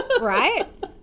right